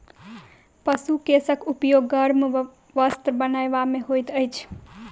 पशु केशक उपयोग गर्म वस्त्र बनयबा मे होइत अछि